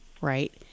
right